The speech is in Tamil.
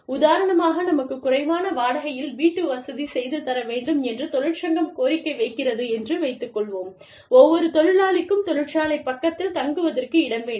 உதாரணமாக நமக்குக் குறைவான வாடகையில் வீட்டுவசதி செய்து தர வேண்டும் என்று தொழிற்சங்கம் கோரிக்கை வைக்கிறது என்று வைத்துக் கொள்வோம் ஒவ்வொரு தொழிலாளிக்கும் தொழிற்சாலை பக்கத்தில் தங்குவதற்கு இடம் வேண்டும்